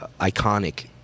iconic